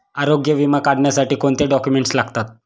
आरोग्य विमा काढण्यासाठी कोणते डॉक्युमेंट्स लागतात?